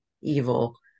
evil